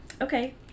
Okay